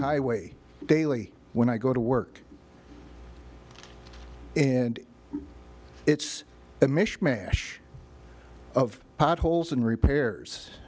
highway daily when i go to work and it's a mishmash of potholes and repairs